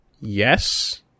Yes